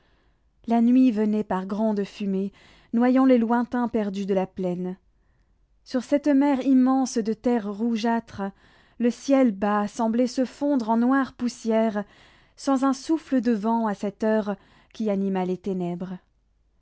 la nuit venait par grandes fumées noyant les lointains perdus de la plaine sur cette mer immense de terres rougeâtres le ciel bas semblait se fondre en noire poussière sans un souffle de vent à cette heure qui animât les ténèbres